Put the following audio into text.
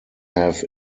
have